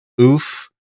Oof